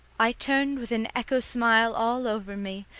i turned with an echo smile all over me,